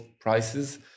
prices